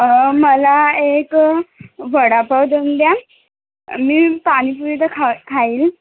मला एक वडापाव देऊन द्या मी पाणीपुरी तर खा खाईन